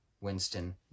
Winston